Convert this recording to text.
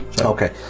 Okay